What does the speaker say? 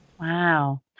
Wow